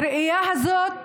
הראייה הזאת